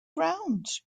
ground